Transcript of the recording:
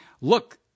look